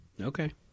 Okay